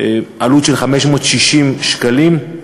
עלות של 560 שקלים.